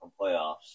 playoffs